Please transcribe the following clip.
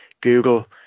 Google